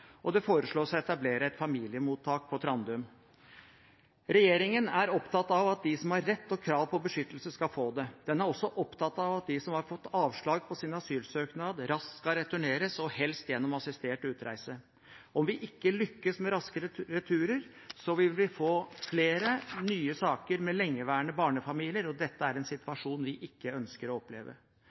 Det foreslås å etablere et familiemottak på Trandum. Regjeringen er opptatt av at de som har rett og krav på beskyttelse, skal få det. Den er også opptatt av at de som har fått avslag på sin asylsøknad, raskt skal returneres, og helst gjennom assistert utreise. Om vi ikke lykkes med raske returer, vil vi få flere nye saker med lengeværende barnefamilier, og dette er en situasjon vi ikke ønsker å oppleve.